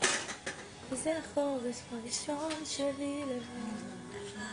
אז אני מצטרף לכל